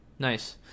nice